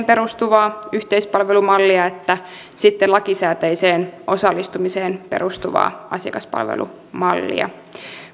perustuvaa yhteispalvelumallia että sitten lakisääteiseen osallistumiseen perustuvaa asiakaspalvelumallia